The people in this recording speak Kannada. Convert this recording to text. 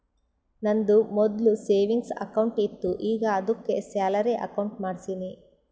ನಂದು ಮೊದ್ಲು ಸೆವಿಂಗ್ಸ್ ಅಕೌಂಟ್ ಇತ್ತು ಈಗ ಆದ್ದುಕೆ ಸ್ಯಾಲರಿ ಅಕೌಂಟ್ ಮಾಡ್ಸಿನಿ